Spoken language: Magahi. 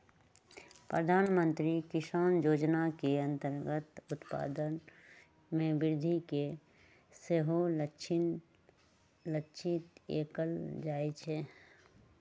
प्रधानमंत्री किसान जोजना के अंतर्गत उत्पादन में वृद्धि के सेहो लक्षित कएल जाइ छै